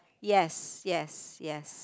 yes yes yes